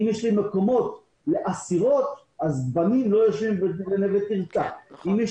שאם יש מקומות לאסירות אז גברים לא יושבים ב"נווה-תרצה"; אם יש